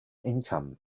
income